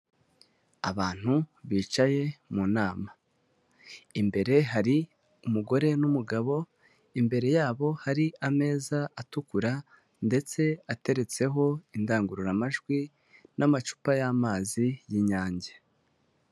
Abantu bicaye mu nama, imbere hari umugore n'umugabo imbere yabo hari ameza atukura ndetse ateretseho indangururamajwi n'amacupa y'amazi y'inyange.